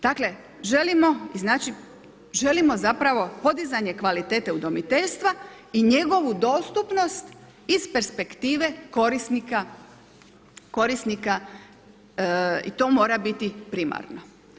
Dakle, želimo i znači želimo zapravo podizanje kvalitete udomiteljstva i njegovu dostupnost iz perspektive korisnika i to mora biti primarno.